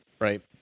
right